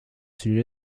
sujet